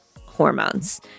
hormones